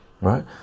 Right